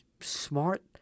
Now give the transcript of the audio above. smart